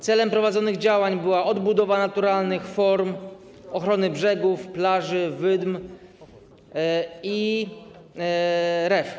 Celem prowadzonych działań była odbudowa naturalnych form ochrony brzegów, plaży, wydm i rew.